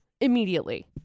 Immediately